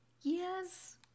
Yes